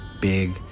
big